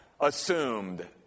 assumed